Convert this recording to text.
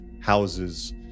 houses